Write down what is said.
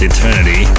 Eternity